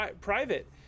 private